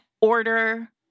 order